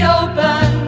open